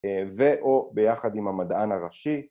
ואו ביחד עם המדען הראשי